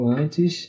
antes